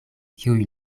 kiuj